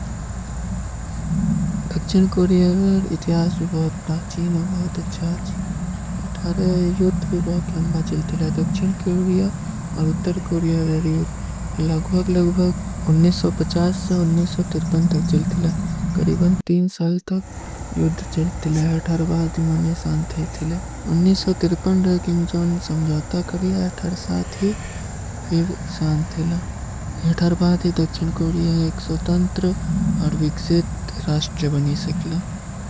ଦକ୍ଷିନ କୋରିଯାର ଇତିଯାସ ବହୁତ ପ୍ରାଚୀନ ଔର ବହୁତ ଅଚ୍ଛାଜୀ। ଏଠାର ଯୁଦ ଭୀ ବହୁତ ଲଂବା ଚିଲ ଥିଲା। ଦକ୍ଷିନ କୋରିଯାର ଔର ଉତର କୋରିଯାର ଯୁଦ ଲଗବଗ ଲଗବଗ ତକ ଚିଲ ଥିଲା। କରୀବନ ତୀନ ସାଲ ତକ ଯୁଦ ଚିଲ ଥିଲା। ଦକ୍ଷିନ କୋରିଯାର ଏକ ସୋତାଂତ୍ର ଔର ଵିଗଜିତ ରାଷ୍ଟ ବନୀ ସକଲା।